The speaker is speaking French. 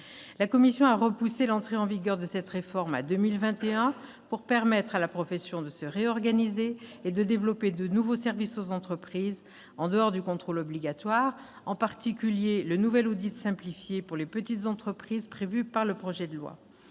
La commission spéciale a repoussé l'entrée en vigueur de cette réforme à 2021, pour permettre à la profession de se réorganiser et de développer de nouveaux services aux entreprises, en dehors du contrôle obligatoire, en particulier le nouvel audit simplifié pour les petites entreprises prévu par le projet de loi.